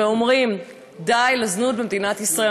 ואומרים: די לזנות במדינת ישראל.